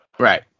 right